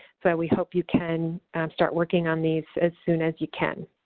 so we hope you can start working on these as soon as you can.